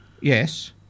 Yes